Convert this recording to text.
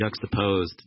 juxtaposed